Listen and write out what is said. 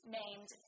named